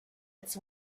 its